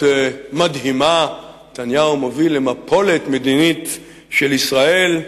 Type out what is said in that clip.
בכותרת מדהימה: "נתניהו מוביל למפולת מדינית של ישראל".